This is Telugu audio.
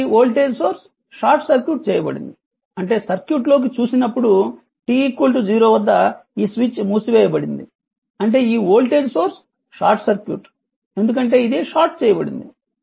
కాబట్టి వోల్టేజ్ సోర్స్ షార్ట్ సర్క్యూట్ చేయబడింది అంటే సర్క్యూట్ లోకి చూసినప్పుడు t 0 వద్ద ఈ స్విచ్ మూసివేయబడింది అంటే ఈ వోల్టేజ్ సోర్స్ షార్ట్ సర్క్యూట్ ఎందుకంటే ఇది షార్ట్ చేయబడింది